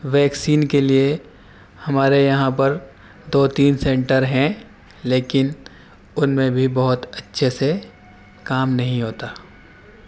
vaccine کے لیے ہمارے یہاں پر دو تین سینٹر ہیں لیکن ان میں بھی بہت اچھے سے کام نہیں ہوتا